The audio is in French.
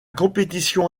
compétition